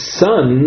son